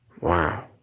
Wow